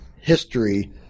history